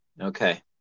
Okay